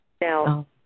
Now